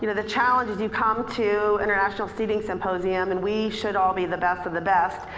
you know the challenges you come to international seating symposium and we should all be the best of the best.